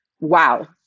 wow